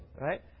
right